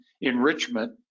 enrichment